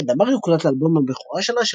של דמארי הוקלט לאלבום הבכורה שלה,